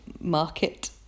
market